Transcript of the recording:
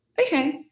okay